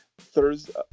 Thursday